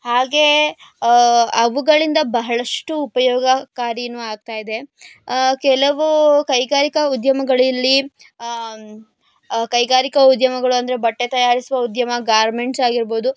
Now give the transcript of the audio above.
ಹಾಗೇ ಅವುಗಳಿಂದ ಬಹಳಷ್ಟು ಉಪಯೋಗಕಾರಿ ಆಗ್ತಾ ಇದೆ ಕೆಲವು ಕೈಗಾರಿಕಾ ಉದ್ಯಮಗಳು ಇಲ್ಲಿ ಕೈಗಾರಿಕಾ ಉದ್ಯಮಗಳು ಅಂದರೆ ಬಟ್ಟೆ ತಯಾರಿಸುವ ಉದ್ಯಮ ಗಾರ್ಮೆಂಟ್ಸ್ ಆಗಿರ್ಬೋದು